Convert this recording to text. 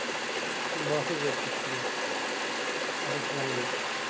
بَس حظ بس حظ شُکریہ شُکریہ اَدٕ حظ سَلام عَلیکُم